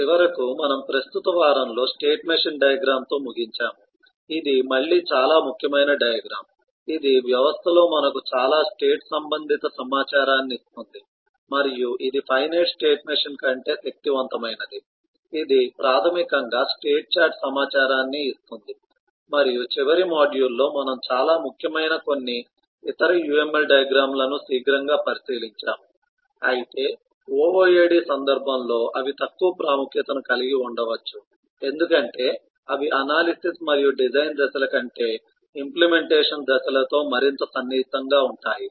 చివరకు మనము ప్రస్తుత వారంలో స్టేట్ మెషిన్ డయాగ్రమ్ తో ముగించాము ఇది మళ్ళీ చాలా ముఖ్యమైన డయాగ్రమ్ ఇది వ్యవస్థలో మనకు చాలా స్టేట్ సంబంధిత సమాచారాన్ని ఇస్తుంది మరియు ఇది ఫైనైట్ స్టేట్ మెషిన్ కంటే శక్తివంతమైనది ఇది ప్రాథమికంగా స్టేట్ చార్ట్ సమాచారాన్ని ఇస్తుంది మరియు చివరి మాడ్యూల్లో మనము చాలా ముఖ్యమైన కొన్ని ఇతర UML డయాగ్రమ్ లను శీఘ్రంగా పరిశీలించాము అయితే OOAD సందర్భంలో అవి తక్కువ ప్రాముఖ్యతను కలిగి ఉండవచ్చు ఎందుకంటే అవి అనాలిసిస్ మరియు డిజైన్ దశల కంటే ఇంప్లీమెంటేషన్ దశలతో మరింత సన్నిహితంగా ఉంటాయి